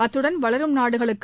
அத்துடன் வளரும் நாடுகளுக்கு